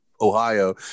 Ohio